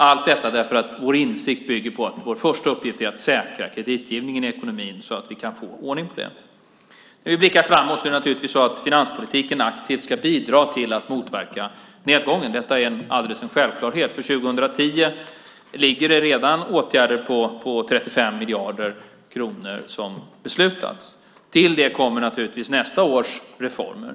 Allt detta gör vi för att vår insikt bygger på att vår första uppgift är att säkra kreditgivningen i ekonomin så att vi kan få ordning på den. När vi blickar framåt är det naturligtvis så att finanspolitiken aktivt ska bidra till att motverka nedgången. Detta är en självklarhet. För 2010 föreligger det redan åtgärder på 35 miljarder kronor som har beslutats. Till det kommer naturligtvis nästa års reformer.